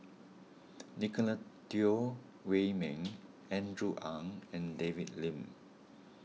Nicolette Teo Wei Min Andrew Ang and David Lim